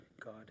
God